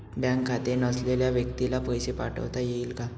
Bank खाते नसलेल्या व्यक्तीला पैसे पाठवता येतील का?